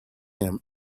him